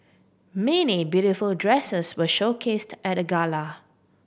many beautiful dresses were showcased at the gala